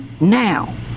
now